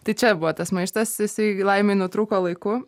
tai čia buvo tas maištas jisai laimei nutrūko laiku